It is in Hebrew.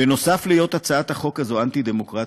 בנוסף להֱיות הצעת החוק הזו אנטי-דמוקרטית,